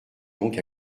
donc